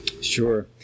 Sure